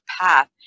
path